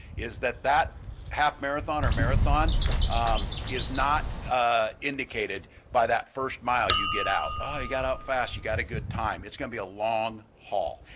is that that half marathon or marathon is not ah indicated by that first mile you get out. oh, you got out fast, you got a good time. it's going to be a long haul.